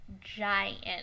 Giant